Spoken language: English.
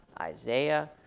Isaiah